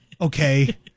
Okay